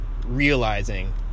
Realizing